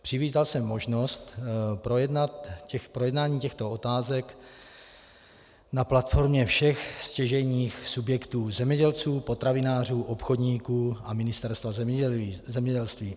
Přivítal jsem možnost projednání těchto otázek na platformě všech stěžejních subjektů zemědělců, potravinářů, obchodníků a Ministerstva zemědělství.